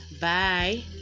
Bye